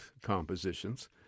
compositions